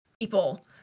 people